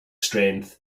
strength